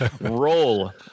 Roll